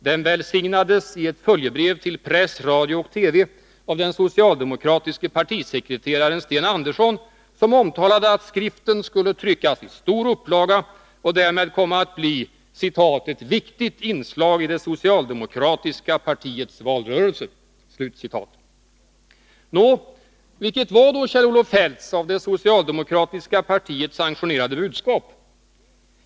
Den välsignades i ett följebrev till press, radio och TV av den socialdemokratiske partisekreteraren Sten Andersson, som omtalade att skriften skulle tryckas i stor upplaga och därmed komma att bli ”ett viktigt inslag i det socialdemokratiska partiets valrörelse”. Nå, vilket var då Kjell-Olof Feldts, av det socialdemokratiska partiet sanktionerade budskap?